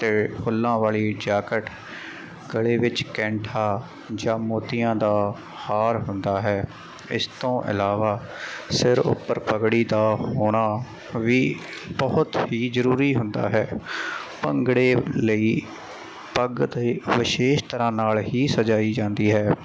ਅਤੇ ਫੁੱਲਾਂ ਵਾਲੀ ਜਾਕਟ ਗਲੇ ਵਿੱਚ ਕੈਂਠਾ ਜਾਂ ਮੋਤੀਆਂ ਦਾ ਹਾਰ ਹੁੰਦਾ ਹੈ ਇਸ ਤੋਂ ਇਲਾਵਾ ਸਿਰ ਉੱਪਰ ਪੱਗੜੀ ਦਾ ਹੋਣਾ ਵੀ ਬਹੁਤ ਹੀ ਜ਼ਰੂਰੀ ਹੁੰਦਾ ਹੈ ਭੰਗੜੇ ਲਈ ਪੱਗ ਤੇ ਵਿਸ਼ੇਸ਼ ਤਰ੍ਹਾਂ ਨਾਲ ਹੀ ਸਜਾਈ ਜਾਂਦੀ ਹੈ